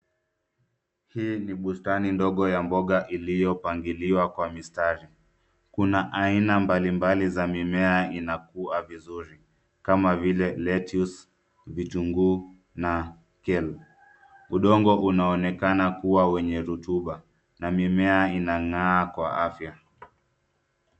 Hii ni bustani ndogo ya mboga iliyopangiliwa kwa mistari. Kuna aina mbalimbali za mimea inakua vizuri kama vile lettuce , vitunguu, na kale . Udongo unaonekana kuwa wenye rutuba na mimea inang'aa kwa afya.